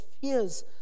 fears